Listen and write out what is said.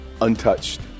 untouched